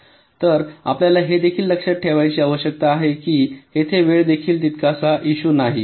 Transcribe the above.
तर तर आपल्याला हे देखील लक्षात ठेवण्याची आवश्यकता आहे कि येथे वेळ देखील तितकासा इशु नाही